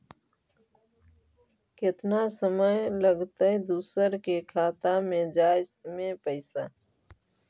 केतना समय लगतैय दुसर के खाता में जाय में पैसा?